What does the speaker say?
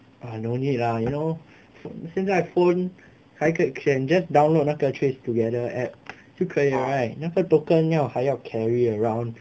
ah don't need lah you know 现在 phone 还可以 can just download 那个 trace together app 就可以了 right 那个 token 要还要 carry around